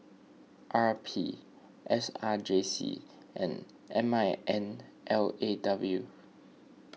R P S R J C and M I N L A W